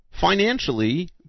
financially